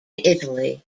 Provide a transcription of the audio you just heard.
italy